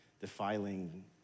defiling